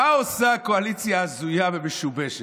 מה עושה הקואליציה ההזויה והמשובשת?